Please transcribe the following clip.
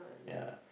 ya